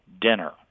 Dinner